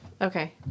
Okay